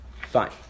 Fine